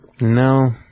No